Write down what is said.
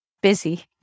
busy